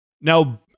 Now